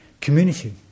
community